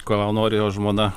ko nori jo žmona